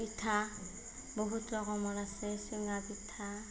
পিঠা বহুত ৰকমৰ আছে চুঙা পিঠা